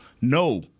No